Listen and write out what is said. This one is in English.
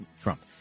Trump